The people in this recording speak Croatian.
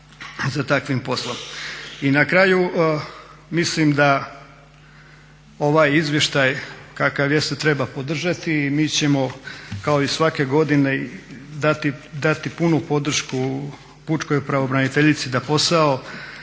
I na kraju mislim da ovaj izvještaj kakav jeste treba podržati i mi ćemo kao i svake godine dati punu podršku pučkoj pravobraniteljici da posao